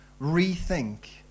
rethink